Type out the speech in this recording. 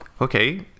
Okay